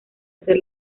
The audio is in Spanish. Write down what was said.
hacer